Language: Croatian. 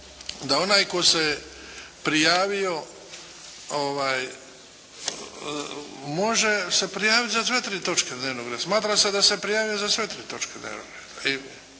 da onaj tko se je prijavio može se prijaviti za sve tri točke dnevnog reda. Smatra se da se prijavio za sve tri točke dnevnog reda.